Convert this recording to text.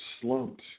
slumped